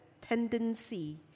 tendency